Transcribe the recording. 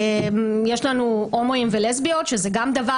יש לנו הומואים ולסביות שזה גם דבר